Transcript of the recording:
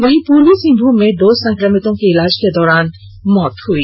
वहीं प्रर्वी सिंहभूम में दो संक्रमितों की इलाज के दौरान मौत हो गई